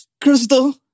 Crystal